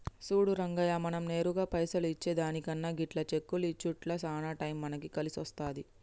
సూడు రంగయ్య మనం నేరుగా పైసలు ఇచ్చే దానికన్నా గిట్ల చెక్కులు ఇచ్చుట్ల సాన టైం మనకి కలిసొస్తాది